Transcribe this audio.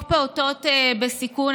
חוק פעוטות בסיכון,